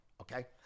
okay